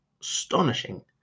astonishing